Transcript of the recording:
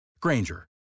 Granger